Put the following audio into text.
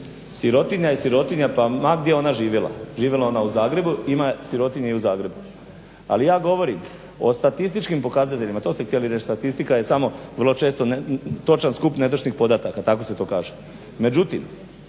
sirotinja je sirotinja pa, ma gdje ona živjela, živjela ona u Zagrebu, ima sirotinje i u Zagrebu. Ali ja govorim o statističkim pokazateljima, to ste htjeli reći, statistika je samo vrlo često točan skup netočnih podataka, tako se to kaže.